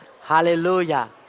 Hallelujah